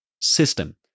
system